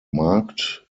marked